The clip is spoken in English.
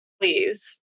please